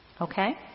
Okay